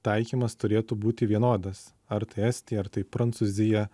taikymas turėtų būti vienodas ar tai estija ar tai prancūzija